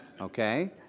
Okay